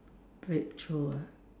breakthrough ah